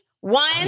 One